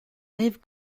rive